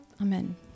Amen